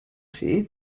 chi